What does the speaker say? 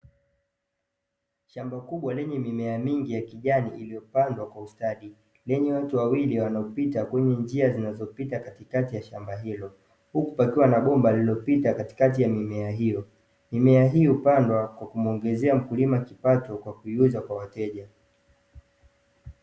Shamba kubwa lenye mimea mingi ya kijani iliyopandwa kwa ustadi. Lenye watu wawili wanaopita kwenye njia zinazo pita katikati ya shamba hilo. Huku pakiwa na bomba lilopita katikati ya mimea hiyo, mimea hiyo hupandwa kwa kumuongezea mkulima kipato kwakuiuza kwa wateja.